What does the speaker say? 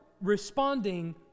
responding